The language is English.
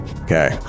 Okay